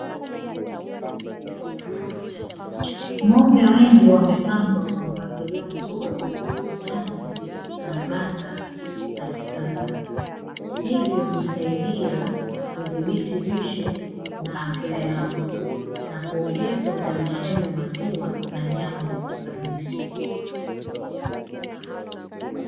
Ng'ombe wengi wamepangwa kwa mpangilio mzuri ndani ya banda la kisasa, hivyo husaidia kudhibiti lishe na afya yao na kuongeza uzalishaji wa maziwa na nyama kwa ufanisi.